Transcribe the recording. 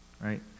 right